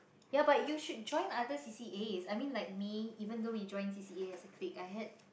ya but you should join other C_C_As I mean like me even though we join C_C_A as a clique I had